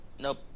nope